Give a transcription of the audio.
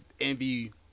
Envy